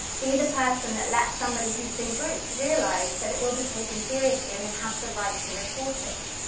be the person that lets somebody who's been groped realize that it will be taken seriously, and they have the right to report it.